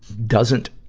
doesn't,